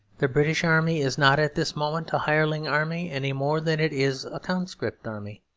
the british army is not at this moment a hireling army any more than it is a conscript army.